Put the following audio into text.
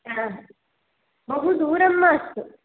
हा बहु दूरं मास्तु